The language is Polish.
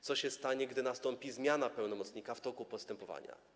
Co się stanie, gdy nastąpi zmiana pełnomocnika w toku postępowania?